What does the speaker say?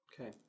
Okay